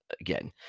Again